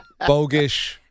Bogish